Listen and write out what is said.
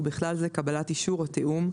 ובכלל זה קבלת אישור או תיאום,